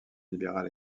libérale